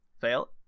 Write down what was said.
fail